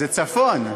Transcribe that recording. זה צפון.